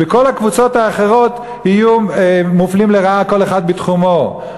וכל הקבוצות האחרות יהיו מופלות לרעה כל אחת בתחומה.